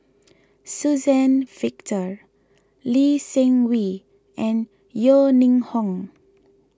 Suzann Victor Lee Seng Wee and Yeo Ning Hong